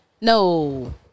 No